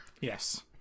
Yes